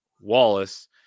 Wallace